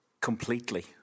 completely